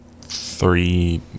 Three